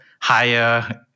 higher